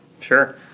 Sure